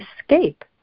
escape